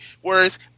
whereas